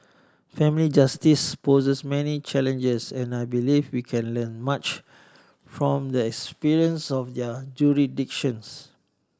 family justice poses many challenges and I believe we can learn much from the experience of they are jurisdictions